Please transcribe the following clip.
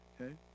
Okay